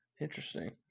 Interesting